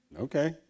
Okay